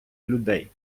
людей